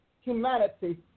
humanity